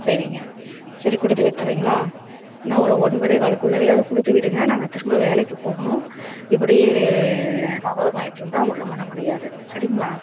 சரிங்க சரி கொடுத்து விட்டுடறீங்களா நான் ஒரு ஒன்பதே காலுக்குள்ளாரையாவது கொடுத்து விடுங்க நாங்கள் திரும்ப வேலைக்கு போகணும் இப்படியே தாமதமாயிட்டிருந்தா ஒன்றும் பண்ண முடியாது சரிங்களா